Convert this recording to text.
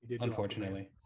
unfortunately